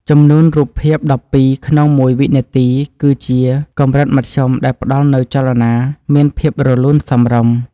ចំនួនរូបភាពដប់ពីរក្នុងមួយវិនាទីគឺជាកម្រិតមធ្យមដែលផ្តល់នូវចលនាមានភាពរលូនសមរម្យ។